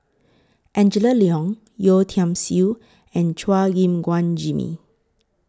Angela Liong Yeo Tiam Siew and Chua Gim Guan Jimmy